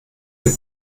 den